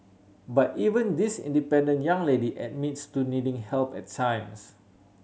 but even this independent young lady admits to needing help at times